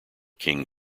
king